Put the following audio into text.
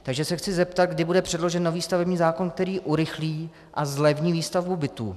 Takže se chci zeptat, kdy bude předložen nový stavební zákon, který urychlí a zlevní výstavbu bytů.